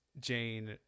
jane